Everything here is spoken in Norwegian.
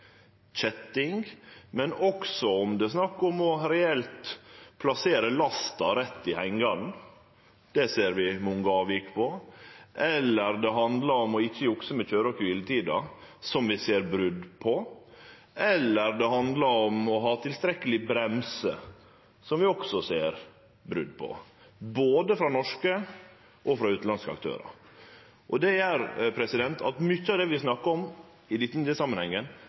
kjetting eller det å plassere lasta rett i hengaren – der ser vi mange avvik. Eller det handlar om å ikkje jukse med køyre- og kviletida, som vi ser brot på, eller om å ha tilstrekkelege bremser, som vi også ser brot på – og det gjeld både norske og utanlandske aktørar. Det gjer at mykje av det vi snakkar om i denne samanhengen,